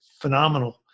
phenomenal